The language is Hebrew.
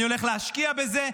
אני הולך להשקיע בזה,